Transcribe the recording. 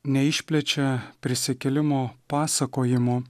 neišplečia prisikėlimo pasakojimo